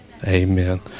amen